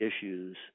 issues